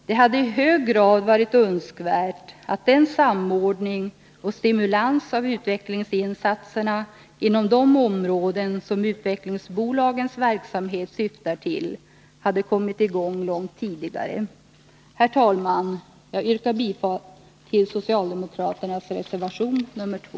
Det hade i hög grad varit önskvärt, att den samordning och stimulans av utvecklingsinsatser inom de områden som utvecklingsbolagens verksamhet syftar till hade kommit i gång långt tidigare. Herr talman! Jag yrkar bifall till socialdemokraternas reservation nr 2.